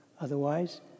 Otherwise